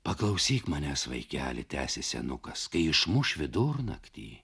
paklausyk manęs vaikeli tęsė senukas kai išmuš vidurnaktį